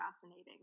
fascinating